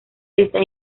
está